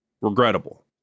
Regrettable